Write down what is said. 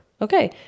Okay